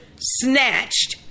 snatched